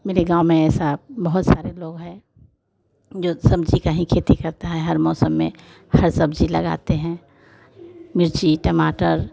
मेरे गाँव में ऐसा बहुत सारे लोग हैं जो सब्ज़ी की ही खेती करते हैं हर मौसम में हर सब्ज़ी लगाते हैं मिर्ची टमाटर